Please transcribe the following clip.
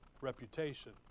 reputation